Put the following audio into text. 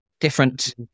different